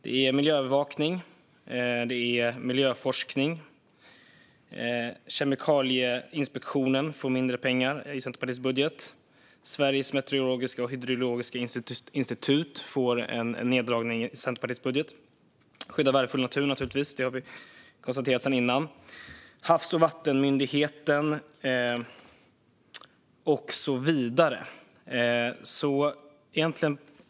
Det är miljöövervakning och miljöforskning. Kemikalieinspektionen får mindre pengar i Centerpartiets budget. Sveriges meteorologiska och hydrologiska institut får en neddragning i Centerpartiets budget, liksom naturligtvis skyddet av värdefull natur, vilket vi har konstaterat sedan innan. Detsamma gäller Havs och vattenmyndigheten och så vidare.